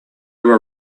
were